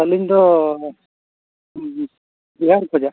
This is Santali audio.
ᱟᱹᱞᱤᱧ ᱫᱚ ᱵᱤᱦᱟᱨ ᱠᱷᱚᱭᱟᱜ